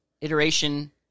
iteration